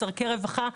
צרכי רווחה,